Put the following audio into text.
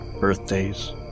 birthdays